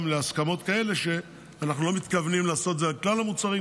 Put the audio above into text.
להסכמות כאלה שאנחנו לא מתכוונים לעשות את זה על כלל המוצרים,